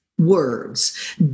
words